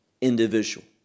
individual